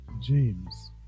James